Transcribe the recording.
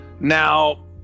Now